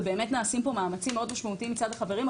ובאמת נעשים פה מאמצים מאוד משמעותיים מצד החברים.